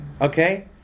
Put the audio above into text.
Okay